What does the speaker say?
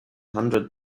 hundred